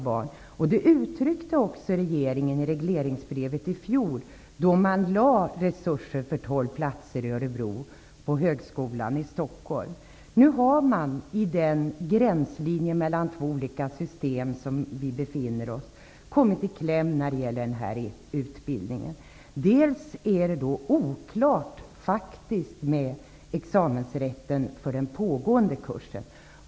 Det här uttryckte också regeringen i regleringsbrevet i fjol. Då tillfördes resurser för 12 utbildningsplatser i Örebro i samarbete med Högskolan i Stockholm. Nu har denna utbildning kommit i kläm i den gränslinje som för närvarande finns mellan två olika system. Det är bl.a. oklart hur det är med examensrätten för den pågående kursen.